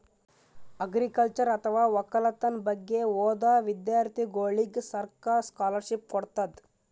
agriculture ಅಥವಾ ವಕ್ಕಲತನ್ ಬಗ್ಗೆ ಓದಾ ವಿಧ್ಯರ್ಥಿಗೋಳಿಗ್ ಸರ್ಕಾರ್ ಸ್ಕಾಲರ್ಷಿಪ್ ಕೊಡ್ತದ್